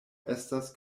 estas